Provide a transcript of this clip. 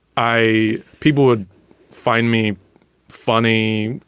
i people would find me funny.